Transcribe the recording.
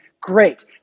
Great